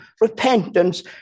Repentance